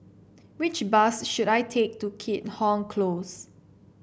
which bus should I take to Keat Hong Close